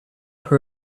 her